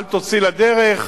אל תוציא לדרך.